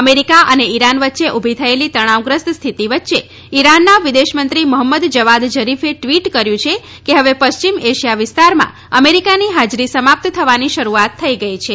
America અને Iran વચ્ચે ઉભી થયેલી તણાવગ્રસ્ત સ્થિતિ વચ્યે ઇરાનના વિદેશમંત્રી મોહંમદ જવાદ ઝરીફે ટવીટ કર્યું છે કે હવે પશ્ચિમ એશિયા વિસ્તારમાં અમેરિકાની હાજરી સમાપ્ત થવાની શરૂઆત થઈ ગઈ છે